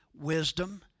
wisdom